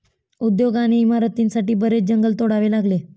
उद्योग आणि इमारतींसाठी बरेच जंगल तोडावे लागले